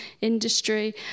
industry